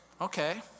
Okay